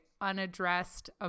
unaddressed